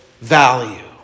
value